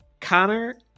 Connor